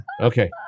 Okay